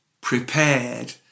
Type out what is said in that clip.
prepared